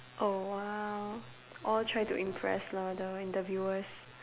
oh !wow! all try to impress lah the interviewers